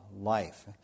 life